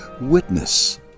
witness